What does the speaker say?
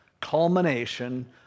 culmination